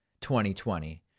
2020